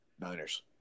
Niners